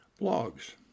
blogs